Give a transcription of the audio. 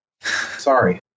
Sorry